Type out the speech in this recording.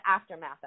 aftermath